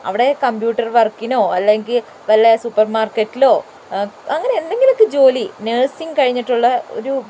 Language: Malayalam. അവിടെ കമ്പ്യൂട്ടർ വർക്കിനോ അല്ലെങ്കിൽ വല്ല സൂപ്പർ മാർക്കറ്റിലോ അങ്ങനെ എന്തെങ്കിലുമൊക്കെ ജോലി നഴ്സിങ്ങ് കഴിഞ്ഞിട്ടുള്ള ഒരു